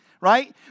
right